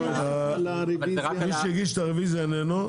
מי שהגיש את הרביזיה איננו.